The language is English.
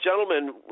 gentlemen